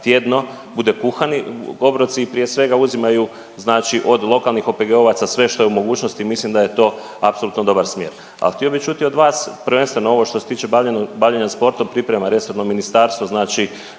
tjedno bude kuhani obroci, prije svega, uzimaju znači od lokalnih OPG-ovaca sve što je u mogućnosti i mislim da je to apsolutno dobar smjer, ali htio bih čuti od vas, prvenstveno ovo što se tiče bavljenja sportom, priprema resornog ministarstvo, znači